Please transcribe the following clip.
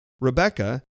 Rebecca